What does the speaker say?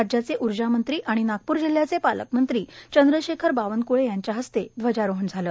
राज्याचे ऊर्जा मंत्री आणि नागपूर जिल्ह्याचे पालकमंत्री चंद्रशेखर बावनक्ळे यांच्या हस्ते ध्वजारोहण झालं